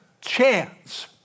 chance